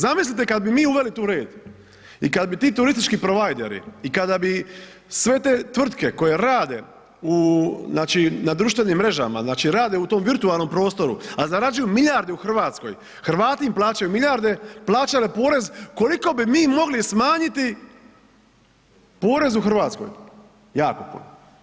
Zamislite kad bi mi uveli tu red i kad bi ti turistički provajderi i kada bi sve te tvrtke koje rade u, znači na društvenim mrežama, znači rade u tom virtualnom prostoru, a zarađuju milijarde u RH, Hrvati im plaćaju milijarde, plaćale porez, koliko bi mi mogli smanjiti porez u RH, jako puno.